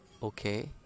Okay